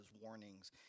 warnings